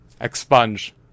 expunge